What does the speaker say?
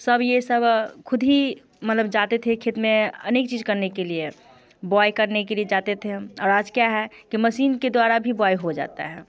सब ये सब खुद ही मतलब जाते थे खेत में अनेक चीज करने के लिए बोआई करने के लिए जाते थे और आज क्या है कि मशीन के द्वारा भी बोआई हो जाता है